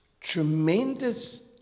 tremendous